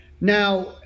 Now